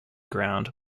ground